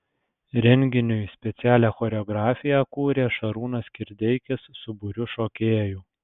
renginiui specialią choreografiją kūrė šarūnas kirdeikis su būriu šokėjų